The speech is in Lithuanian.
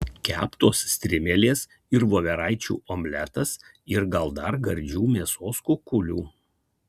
keptos strimelės ir voveraičių omletas ir gal dar gardžių mėsos kukulių